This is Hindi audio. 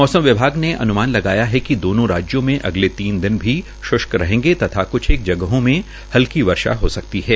मौसम विभाग ने अनुमान लगाया है कि दोनों राज्यों में अगले तीन दिन भी श्ष्क रहेंगे तथा एक जगहों में हल्की वर्षा हो सकती है